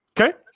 Okay